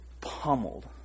pummeled